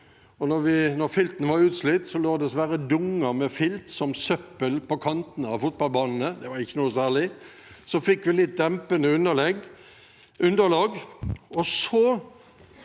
da filten var utslitt, lå det dessverre dunger med filt som søppel på kantene av fotballbanene – det var ikke noe særlig. Så fikk vi litt dempende underlag,